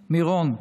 מירון.